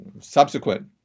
subsequent